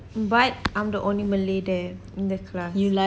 but I'm the only malay there in the class